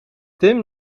tim